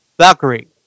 Valkyrie